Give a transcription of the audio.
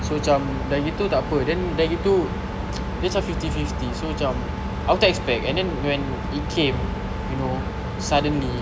so cam dah gitu takpe then dah gitu dia cam fifty fifty so cam aku tak expect and then when it came you know suddenly